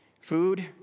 food